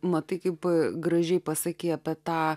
matai kaip gražiai pasakei apie tą